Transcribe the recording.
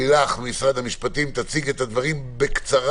לילך ממשרד המשפטים תציג את הדברים בקצרה